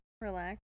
relax